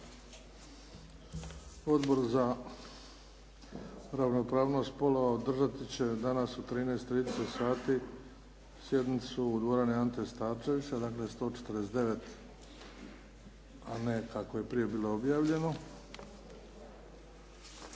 Odbor za ravnopravnost spolova održati će danas u 13,30 sati sjednicu u dvorani Ante Starčevića, dakle 149 a ne kako je prije bilo objavljeno.